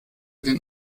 den